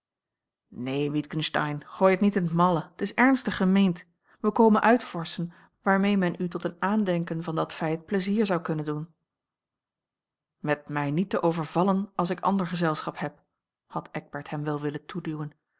een neen witgensteyn gooi het niet in t malle het is ernstig gemeend wij komen uitvorschen waarmee men u tot een aandenken van dat feit pleizier zou kunnen doen met mij niet te overvallen als ik ander gezelschap heb had eckbert hem wel willen toeduwen